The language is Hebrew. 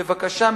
בבקשה,